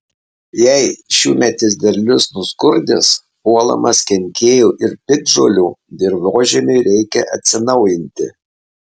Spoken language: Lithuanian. jei šiųmetis derlius nuskurdęs puolamas kenkėjų ir piktžolių dirvožemiui reikia atsinaujinti